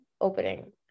opening